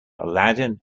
aladdin